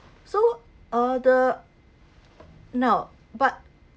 so uh the now but